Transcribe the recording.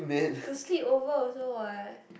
to sleepover also what